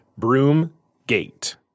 Broomgate